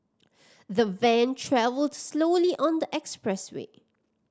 the van travelled slowly on the expressway